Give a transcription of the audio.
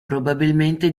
probabilmente